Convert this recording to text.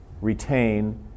retain